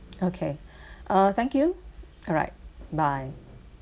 okay uh thank you alright bye